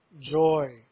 joy